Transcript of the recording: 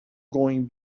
going